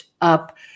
up